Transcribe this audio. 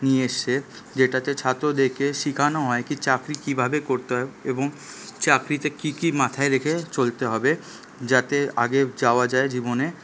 নিয়ে এসেছে যেটাতে ছাত্রদেরকে শেখানো হয় কি চাকরি কিভাবে করতে হয় এবং চাকরিতে কি কি মাথায় রেখে চলতে হবে যাতে আগে যাওয়া যায় জীবনে